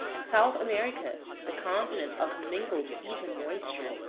south america, the continent of mingled heat and moisture,